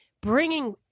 bringing